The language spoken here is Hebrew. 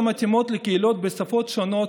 תוכניות שמתאימות לקהילות בשפות שונות,